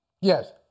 Yes